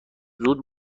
زود